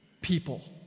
people